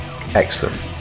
excellent